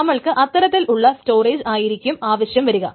നമ്മൾക്ക് അത്തരത്തിലുള്ള സ്റ്റോറേജ് ആയിരിക്കും ആവശ്യം വരിക